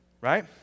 Right